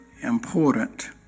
important